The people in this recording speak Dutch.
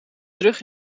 terug